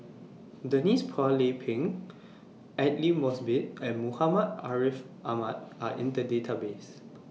Denise Phua Lay Peng Aidli Mosbit and Muhammad Ariff Ahmad Are in The Database